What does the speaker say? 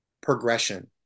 progression